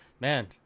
man